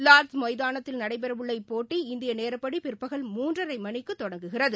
lots மைதானத்தில் நடைபெறஉள்ள இப்போட்டி இந்தியநேரப்படிபிற்பகல் மூன்றரைமணிக்குதொடங்குகிறது